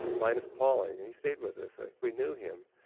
linus pauling, and he stayed with us, ah we knew him.